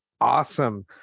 awesome